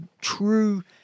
true